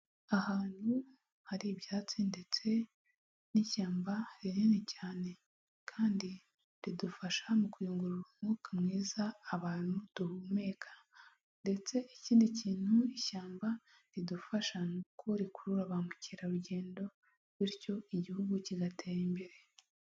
Ahantu hari ibyatsi ndetse n'ishyamba rinini cyane kandi ridufasha mu kuyungurura umwuka mwiza abantu duhumeka, ndetse ikindi kintu ishyamba ridufasha, ni uko rikurura ba mukerarugendo bityo igihugu kigatera imbere.